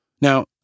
Now